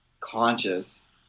conscious